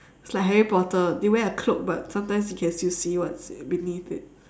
it's like harry potter they wear a cloak but sometimes you can still see what's beneath it